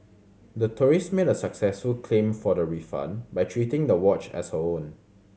the tourist made a successful claim for the refund by treating the watch as her own